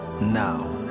now